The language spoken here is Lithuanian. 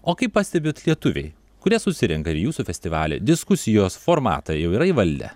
o kai pastebit lietuviai kurie susirenka ir į jūsų festivalš diskusijos formatą jau yra įvaldę